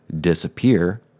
disappear